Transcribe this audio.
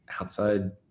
Outside